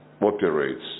operates